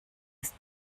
ist